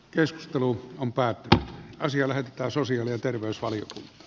keskustelu on päätynyt asia lähetetään sosiaali ja terveysvalion